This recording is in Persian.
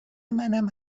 منم